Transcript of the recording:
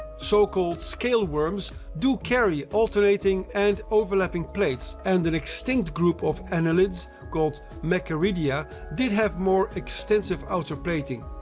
so-called scale worms do carry alternating and overlapping plates and an extinct group of annelids called machaeridia did have more extensive outer plating.